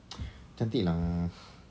cantik lah